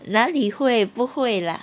哪里会不会 lah